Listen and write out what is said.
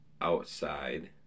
outside